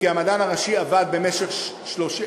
כי המדען הראשי עבד במשך 30,